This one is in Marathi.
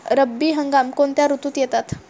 रब्बी हंगाम कोणत्या ऋतूत येतात?